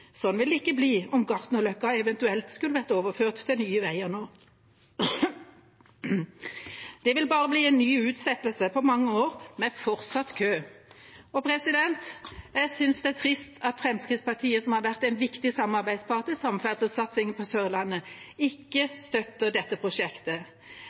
Sånn vil det ikke bli om Gartnerløkka eventuelt skulle blitt overført til Nye Veier nå. Det vil bare bli en ny utsettelse på mange år – og fortsatt kø. Jeg syns det er trist at Fremskrittspartiet, som har vært en viktig samarbeidspartner i samferdselssatsingen på Sørlandet,